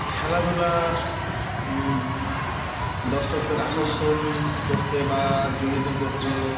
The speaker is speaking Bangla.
খেলাধুলার দর্শকদের আকর্ষণ করতে বা জড়িত করতে